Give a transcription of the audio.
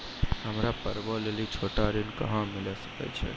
हमरा पर्वो लेली छोटो ऋण कहां मिली सकै छै?